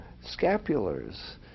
scapulars